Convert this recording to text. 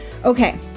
Okay